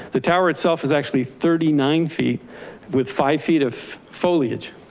the tower itself is actually thirty nine feet with five feet of foliage.